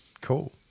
Cool